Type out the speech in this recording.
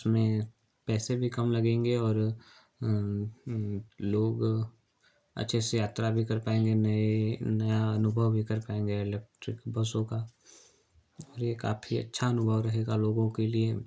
इसमें पैसे भी कम लगेंगे और लोग अच्छे से यत्रा भी कर पाएंगे नया अनुभव भी कर पाएंगे इलेक्ट्रिक बसों का और ये काफ़ी अच्छा अनुभव रहेगा लोगों के लिए